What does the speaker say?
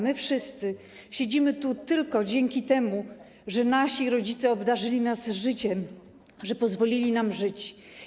My wszyscy siedzimy tu tylko dzięki temu, że nasi rodzice obdarzyli nas życiem, że pozwolili nam żyć.